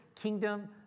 kingdom